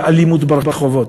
באלימות ברחובות.